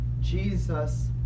Jesus